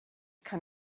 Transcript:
kann